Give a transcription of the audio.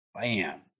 bam